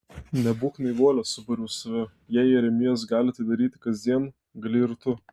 nebūk naivuolė subariau save jei jeremijas gali tai daryti kasdien gali ir tu